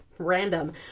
random